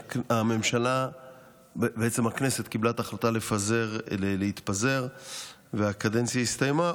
שהכנסת קיבלה את ההחלטה להתפזר והקדנציה הסתיימה,